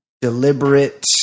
deliberate